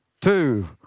two